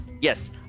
Yes